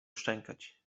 szczękać